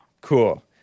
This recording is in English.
Cool